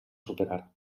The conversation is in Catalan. superar